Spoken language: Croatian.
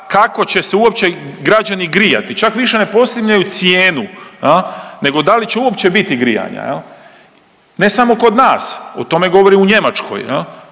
kako će se uopće građani grijati. Čak više ne postavljaju cijenu nego da li će uopće biti grijanja, je li? Ne samo kod nas, o tome govore u Njemačkoj,